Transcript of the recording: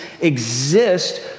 exist